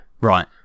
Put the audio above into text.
Right